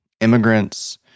immigrants